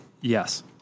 Yes